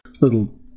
little